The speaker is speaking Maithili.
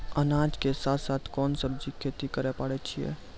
अनाज के साथ साथ कोंन सब्जी के खेती करे पारे छियै?